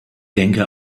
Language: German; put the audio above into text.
denke